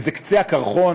וזה קצה הקרחון.